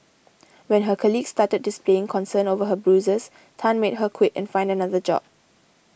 when her colleagues started displaying concern over her bruises Tan made her quit and find another job